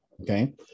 Okay